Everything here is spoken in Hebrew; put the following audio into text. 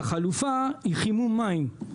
והחלופה היא חימום מים.